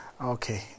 okay